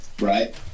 right